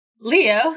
Leo